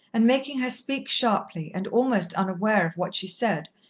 and making her speak sharply, and almost unaware of what she said,